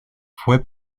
fue